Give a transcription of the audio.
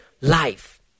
life